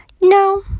No